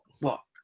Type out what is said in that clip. walk